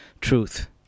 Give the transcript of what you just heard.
truth